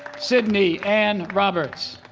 sydney ann roberts